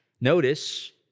Notice